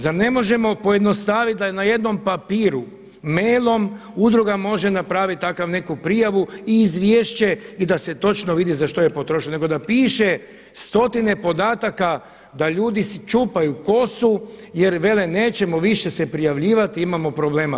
Zar ne možemo pojednostavit da je na jednom papiru mailom udruga može napravit takvu neku prijavu i izvješće i da se točno vidi za što je potrošeno, nego da piše stotine podataka da ljudi si čupaju kosu jer vele nećemo više se prijavljivati, imamo problema.